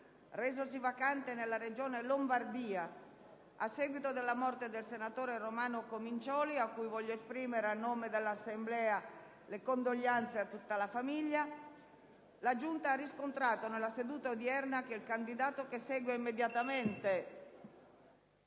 resosi vacante nella Regione Lombardia a seguito della morte del senatore Romano Comincioli, (per la quale voglio esprimere, a nome dell'Assemblea, le condoglianze a tutta la famiglia), ha riscontrato, nella seduta odierna, che il candidato che segue immediatamente